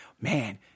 Man